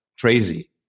crazy